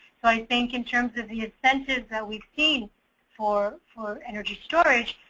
so i think in terms of the incentive that we've seen for for energy storage,